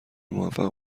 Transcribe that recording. موفق